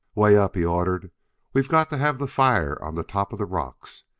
way up, he ordered we've got to have the fire on the top of the rocks.